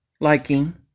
liking